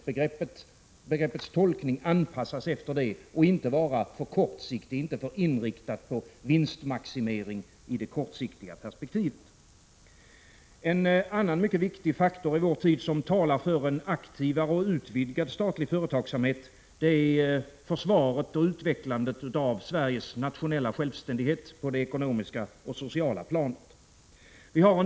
Bedöm ; ningen får inte vara för kortsiktig och inriktad på vinstmaximering i det korta | perspektivet. En annan mycket viktig faktor som i vår tid talar för en mer aktiv och utvidgad statlig företagsamhet är försvaret och utvecklandet av Sveriges nationella självständighet på det ekonomiska och sociala planet.